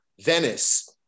Venice